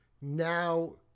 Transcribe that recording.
Now